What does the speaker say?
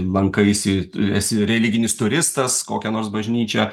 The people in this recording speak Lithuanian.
lankaisi esi religinis turistas kokią nors bažnyčią